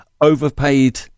overpaid